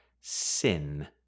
sin